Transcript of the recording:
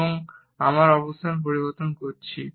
এবং আমি আমার অবস্থান পরিবর্তন করছি